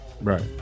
Right